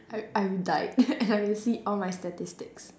I I've died and I can see all my statistics